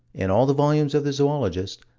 in all the volumes of the zoologist,